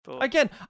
Again